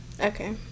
Okay